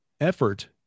effort